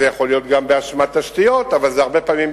זה יכול להיות גם באשמת תשתיות אבל זה הרבה פעמים,